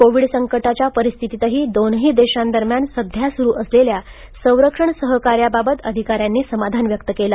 Covid संकटाच्या परिस्थितीतही दोनही देशांदरम्यान सध्या सुरू असलेल्या संरक्षण सहकार्याबाबत अधिकाऱ्यांनी समाधान व्यक्त केलं